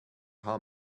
how